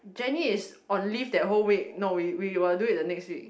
Jenny is on leave that whole week no we we will do it the next week